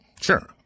Sure